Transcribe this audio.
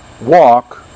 Walk